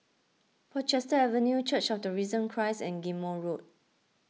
Portchester Avenue Church of the Risen Christ and Ghim Moh Road